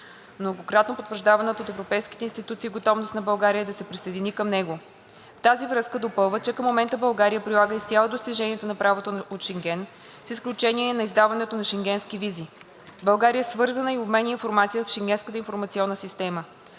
многократно потвърждаваната от европейските институции готовност на България да се присъедини към него. В тази връзка допълват, че към момента България прилага изцяло достиженията на правото от Шенген, с изключение на издаването на шенгенски визи. България е свързана и обменя информация в Шенгенската информационна система.